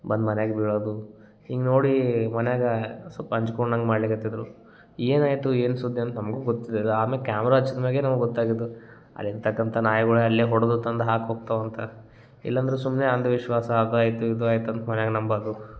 ಬಂದು ಮನ್ಯಾಗ ಬೀಳೋದು ಹಿಂಗ್ ನೋಡಿ ಮನ್ಯಾಗಾ ಸಪ್ ಅಂಜ್ಕೊಂಡಂಗ ಮಾಡ್ಲಿಕ್ಕೆ ಹತ್ತಿದ್ದರೂ ಏನಾಯಿತು ಏನು ಸುದ್ದಿ ಅಂತ ನಮಗೂ ಗೊತ್ತಿದಿಲ್ಲ ಆಮ್ಯಾಗ ಕ್ಯಾಮ್ರಾ ಹಚ್ಚಿದ ಮ್ಯಾಗೆ ನಮಗ ಗೊತ್ತಾಗಿದ್ದು ಅದೆಂತಕಂಥ ನಾಯ್ಗೊಳ ಅಲ್ಲೆ ಹೊಡ್ದು ತಂದ ಹಾಕಿ ಹೋಗ್ತಾವಂತ ಇಲ್ಲಂದ್ರ ಸುಮ್ಮನೆ ಅಂದ ವಿಶ್ವಾಸ ಅದಾಯಿತು ಇದು ಆಯ್ತಂತ ಮನ್ಯಾಗ ನಂಬದು